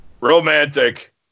Romantic